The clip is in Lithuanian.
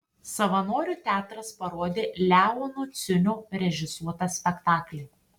savanorių teatras parodė leono ciunio režisuotą spektaklį